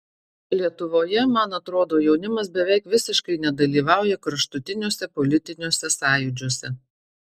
lietuvoje man atrodo jaunimas beveik visiškai nedalyvauja kraštutiniuose politiniuose sąjūdžiuose